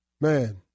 Man